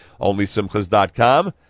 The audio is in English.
OnlySimchas.com